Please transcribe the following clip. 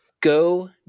go